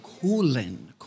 cooling